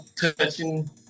touching